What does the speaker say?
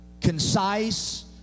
concise